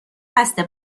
قصد